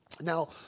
now